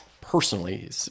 personally